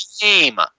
game